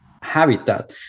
habitat